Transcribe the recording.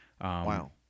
Wow